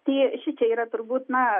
tai šičia yra turbūt na